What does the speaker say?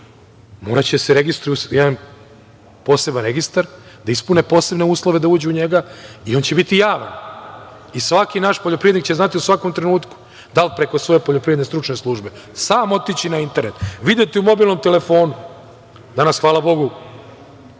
moraće da se registruju u jedan poseban registar, da ispune posebne uslove da uđu u njega i on će biti javan. Svaki naš poljoprivrednik će znati u svakom trenutku da li preko svoje poljoprivredne stručne službe, sam otići na internet, videti u mobilnom telefonu, danas, hvala Bogu,